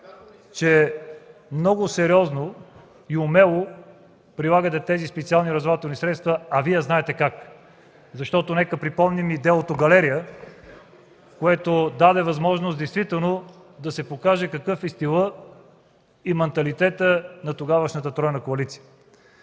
че много сериозно и умело прилагате тези специални разузнавателни средства, а Вие знаете как. Нека припомним и делото „Галерия”, което даде възможност действително да се покаже какъв е стилът и манталитетът на тогавашната тройна коалиция.